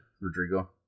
Rodrigo